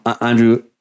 Andrew